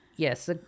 Yes